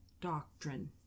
doctrine